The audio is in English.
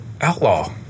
Outlaw